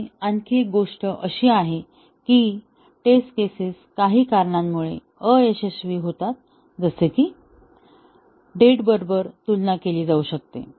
आणि आणखी एक गोष्ट अशी आहे की टेस्ट केसेस काही कारणांमुळे अयशस्वी होतात जसे की डेट बरोबर तुलना केली जाऊ शकते